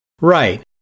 Right